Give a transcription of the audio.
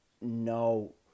no